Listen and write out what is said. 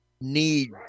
need